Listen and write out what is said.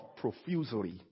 profusely